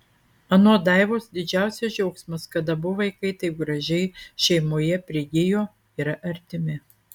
anot daivos didžiausias džiaugsmas kad abu vaikai taip gražiai šeimoje prigijo yra artimi